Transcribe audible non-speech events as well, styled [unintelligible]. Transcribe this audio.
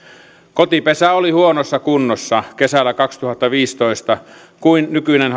kotipesä oli huonossa kunnossa kesällä kaksituhattaviisitoista kun nykyinen [unintelligible]